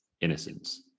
innocence